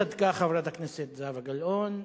צדקה חברת הכנסת זהבה גלאון,